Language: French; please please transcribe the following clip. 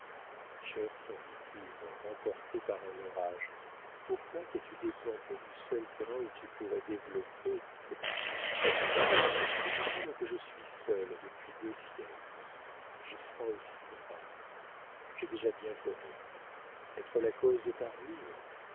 chère sensitive emportée par un orage pourquoi t'es-tu déplantée du seul terrain où tu pourrais développer tes parfums il me semble que je suis seule depuis deux siècles j'ai froid aussi dans paris j'ai déjà bien pleuré être la cause de ta ruine